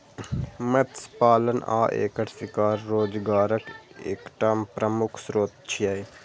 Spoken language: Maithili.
मत्स्य पालन आ एकर शिकार रोजगारक एकटा प्रमुख स्रोत छियै